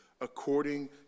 according